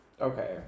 Okay